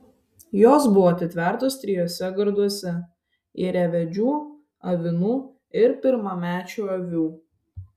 jos buvo atitvertos trijuose garduose ėriavedžių avinų ir pirmamečių avių